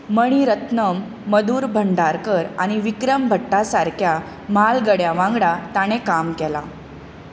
मणी रत्नम मधुर भंडारकर आनी विक्रम भट्टा सारक्या म्हालगड्यां वांगडा ताणें काम केलां